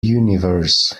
universe